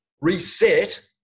reset